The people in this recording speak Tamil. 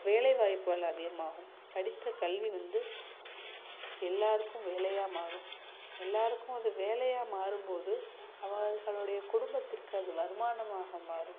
வேலை வாய்ப்புகள் அதிகமாகும் படித்த கல்வி வந்து எல்லாருக்கும் வேலையாக மாறும் எல்லாருக்கும் அது வேலையாக மாறும் போது அவர்களோடைய குடும்பத்திற்கு அது வருமானமாக மாறும்